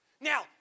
Now